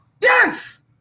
Yes